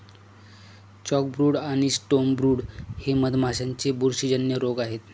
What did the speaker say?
chalkbrood आणि stonebrood हे मधमाशांचे बुरशीजन्य रोग आहेत